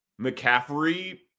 McCaffrey